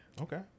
okay